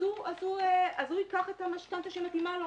אז הוא ייקח את המשכנתא המתאימה לו,